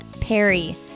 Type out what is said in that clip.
Perry